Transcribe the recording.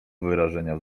wyrażenia